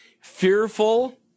fearful